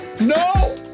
No